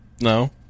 No